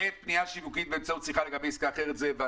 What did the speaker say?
שיווקית באמצעות שיחה לגבי עסקה אחרת.